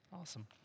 Awesome